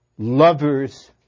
lovers